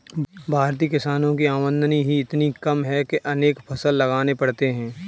भारतीय किसानों की आमदनी ही इतनी कम है कि अनेक फसल लगाने पड़ते हैं